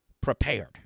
prepared